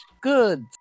Good